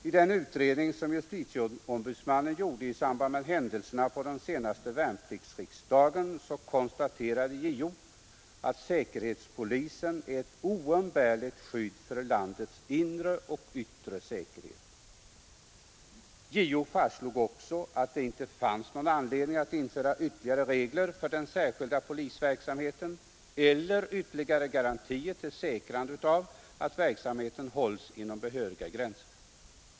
I den utredning som justitieombudsmannen gjorde i samband med händelserna på den senaste värnpliktsriksdagen konstaterade JO, att säkerhetspolisen är ett oumbärligt skydd för landets inre och yttre säkerhet. JO fastslog också att det inte fanns någon anledning att införa ytterligare regler för den särskilda polisverksamhet eller ytterligare garantier för säkrandet av att verksamheten hålls inom behöriga gränser.